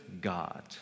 God